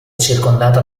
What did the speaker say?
circondata